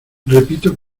repito